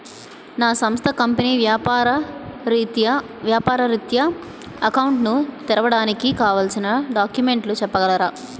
నా సంస్థ కంపెనీ వ్యాపార రిత్య అకౌంట్ ను తెరవడానికి కావాల్సిన డాక్యుమెంట్స్ చెప్పగలరా?